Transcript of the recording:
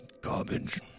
Garbage